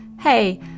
hey